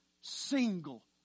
single